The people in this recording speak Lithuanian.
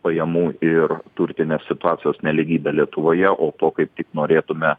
pajamų ir turtinės situacijos nelygybė lietuvoje o to kaip norėtume